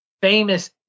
famous